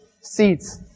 seats